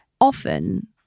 often